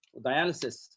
Dialysis